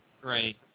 Right